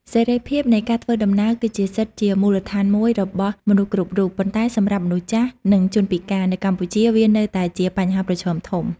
សេរីភាពនៃការធ្វើដំណើរ គឺជាសិទ្ធិជាមូលដ្ឋានមួយរបស់មនុស្សគ្រប់រូប ប៉ុន្តែសម្រាប់មនុស្សចាស់ និងជនពិការនៅកម្ពុជាវានៅតែជាបញ្ហាប្រឈមធំ។